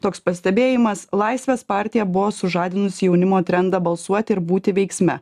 toks pastebėjimas laisvės partija buvo sužadinusi jaunimo trendą balsuoti ir būti veiksme